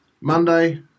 Monday